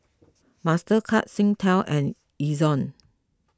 Mastercard Singtel and Ezion